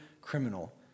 criminal